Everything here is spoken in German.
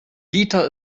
dieter